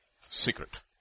Secret